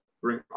bring